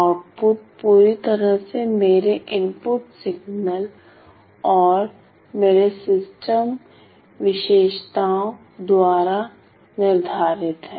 output पूरी तरह से मेरे इनपुट सिग्नल और मेरे सिस्टम विशेषताओं द्वारा निर्धारित है